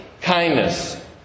kindness